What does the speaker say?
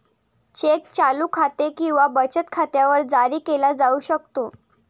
check चालू खाते किंवा बचत खात्यावर जारी केला जाऊ शकतो